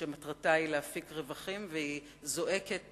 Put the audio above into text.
שמטרתה היא להפיק רווחים והיא זועקת